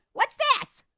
what's this?